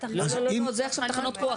לא, לא, זה עכשיו תחנות כוח.